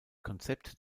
konzept